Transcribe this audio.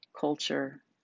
culture